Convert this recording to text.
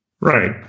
Right